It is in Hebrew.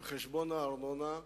עם חשבון הארנונה,